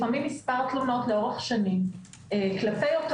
לפעמים יש לנו מספר תלונות לאורך שנים כלפי אותו